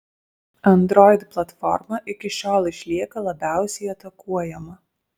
android platforma iki šiol išlieka labiausiai atakuojama